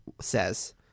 says